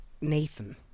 Nathan